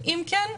אם כן,